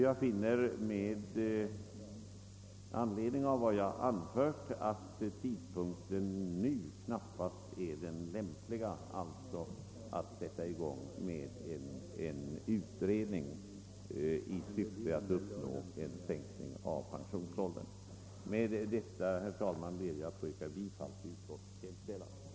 Jag finner alltså att tidpunkten nu knappast är den lämpliga att sätta i gång med en utredning angående en sänkning av pensionsåldern. Med detta ber jag att få yrka bifall till utskottets hemställan.